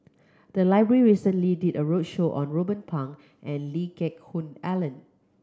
the library recently did a roadshow on Ruben Pang and Lee Geck Hoon Ellen